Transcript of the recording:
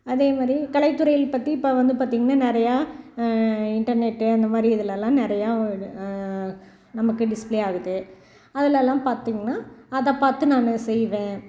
அதே மாதிரி கலைத்துறையில் பற்றி இப்போ வந்து பார்த்தீங்கன்னா நிறையா இன்டர்நெட்டு அந்த மாதிரி இதுலெலாம் நிறையா நமக்கு டிஸ்ப்ளே ஆகுது அதுலெலாம் பார்த்தீங்கன்னா அதை பார்த்து நான் செய்வேன்